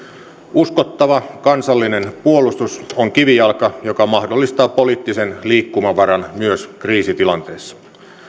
uskottava kansallinen puolustus on kivijalka joka mahdollistaa poliittisen liikkumavaran myös kriisitilanteissa